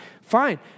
fine